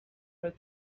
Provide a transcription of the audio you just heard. her